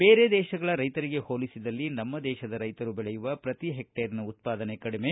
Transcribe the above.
ಬೇರೆ ದೇಶಗಳ ರೈತರಿಗೆ ಹೋಲಿಸಿದಲ್ಲಿ ನಮ್ಮ ದೇಶದ ರೈತರು ಬೆಳೆಯುವ ಪ್ರತಿ ಹೆಕ್ಟೇರಿನ ಉತ್ಪಾದನೆ ಕಡಿಮೆ